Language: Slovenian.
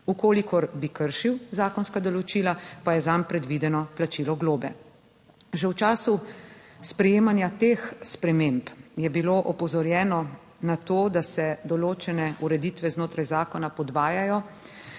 kolikor bi kršil zakonska določila, pa je zanj predvideno plačilo globe. Že v času sprejemanja teh sprememb je bilo opozorjeno na to, da se določene ureditve znotraj zakona podvajajo,